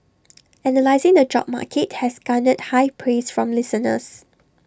analysing the job market has garnered high praise from listeners